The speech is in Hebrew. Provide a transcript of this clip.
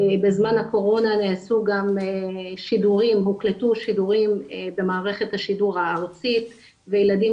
בזמן הקורונה הוקלטו גם שידורים במערכת השידור הארצית וילדים